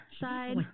side